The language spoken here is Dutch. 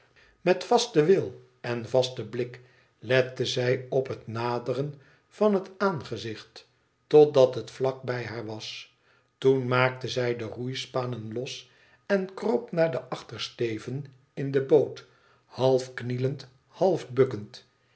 met vasten wil en vasten blik lette zij op het naderen van het aangezicht totdat het vlak bij haar was toen maake zij de roeispanen los en kroop naar den achtersteven in de boot half knielend half bukkend